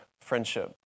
friendship